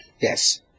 yes